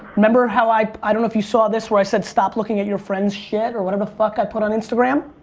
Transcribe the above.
remember how i, i don't know if you saw this where i said stop looking at your friends shit or whatever the fuck i put on instagram.